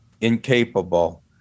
incapable